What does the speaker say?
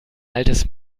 altes